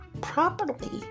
properly